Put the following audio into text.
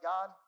God